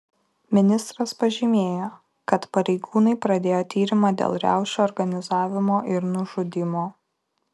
ministras pažymėjo kad pareigūnai pradėjo tyrimą dėl riaušių organizavimo ir nužudymo